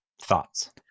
thoughts